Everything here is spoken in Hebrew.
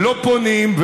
ולא פונים,